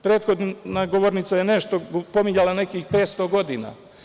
Prethodna govornica je nešto pominjala nekih 500 godina.